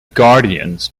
guardians